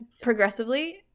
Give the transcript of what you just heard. progressively